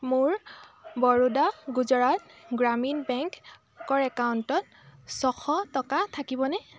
মোৰ বৰোডা গুজৰাট গ্ৰামীণ বেংকৰ একাউণ্টত ছয়শ টকা থাকিবনে